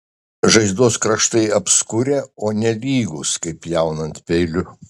žaizdos kraštai apskurę o ne lygūs kaip pjaunant peiliu